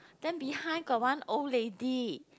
then behind got one old lady